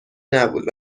نبود